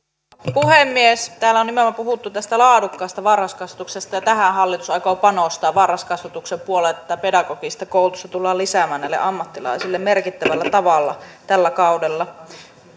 puhemies täällä on nimenomaan puhuttu tästä laadukkaasta varhaiskasvatuksesta ja tähän hallitus aikoo panostaa varhaiskasvatuksen puolella tätä pedagogista koulutusta tullaan lisäämään näille ammattilaisille merkittävällä tavalla tällä kaudella